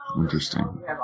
Interesting